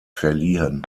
verliehen